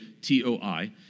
T-O-I